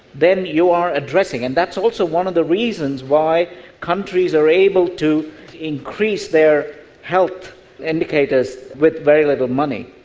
then you are addressing. and that's also one of the reasons why countries are able to increase their health indicators with very little money.